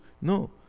no